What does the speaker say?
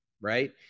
right